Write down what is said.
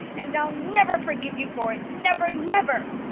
and i'll never forgive you for it, never, never!